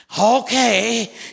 Okay